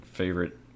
favorite